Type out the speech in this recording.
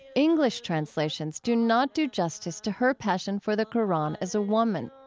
english translations do not do justice to her passion for the qur'an as a woman.